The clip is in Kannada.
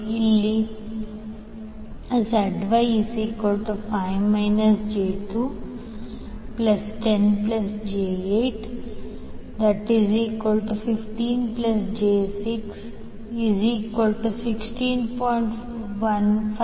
ಇಲ್ಲಿ ZY5 j210j815j616